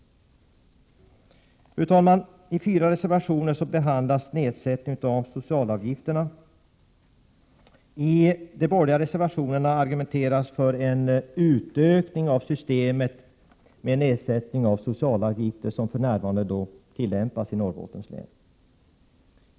Fru talman! I fyra reservationer behandlas nedsättning av socialavgifter. I de borgerliga reservationerna argumenteras för en utökning av systemet med nedsättning av socialavgifter, ett system som för närvarande tillämpas i Norrbottens län.